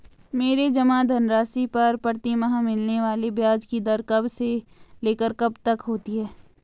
मेरे जमा धन राशि पर प्रतिमाह मिलने वाले ब्याज की दर कब से लेकर कब तक होती है?